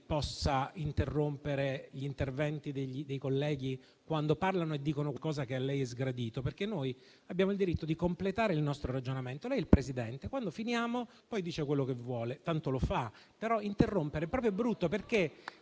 possa interrompere gli interventi dei colleghi quando parlano e dicono qualcosa che a lei è sgradito, perché noi abbiamo il diritto di completare il nostro ragionamento; lei è il Presidente, quando finiamo dice quello che vuole (tanto lo fa), però interrompere è proprio brutto, perché